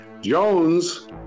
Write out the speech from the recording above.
Jones